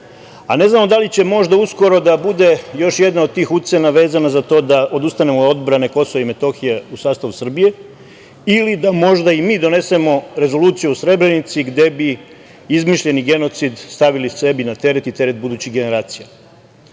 znamo da li će možda uskoro da bude još jedna od tih ucena vezana za to da odustanemo od odbrane KiM u sastavu Srbije ili da možda i mi donesemo rezoluciju u Srebrenici gde bi izmišljeni genocid stavili sebi na teret i teret budućih generacija. Dakle,